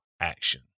Action